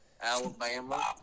Alabama